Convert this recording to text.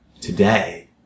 Today